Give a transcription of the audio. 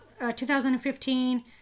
2015